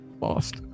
lost